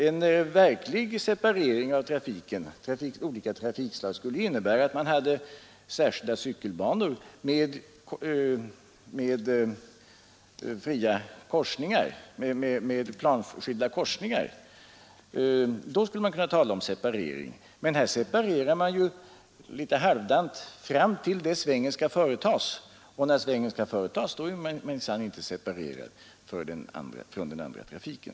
En verklig separering av olika trafikslag skulle ju innebära att det fanns särskilda cykelbanor med planskilda korsningar. Men här separerar man ju litet halvdant fram till det att svängen skall företas, och när svängen skall företas är man minsann inte separerad från den andra trafiken.